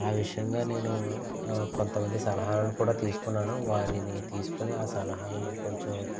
ఆ విషయంగా నేను కొంత మంది సలహాలను కూడా తీసుకున్నాను వారిని తీసుకొని ఆ సలహాలను కొంచెం